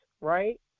right